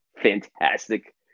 fantastic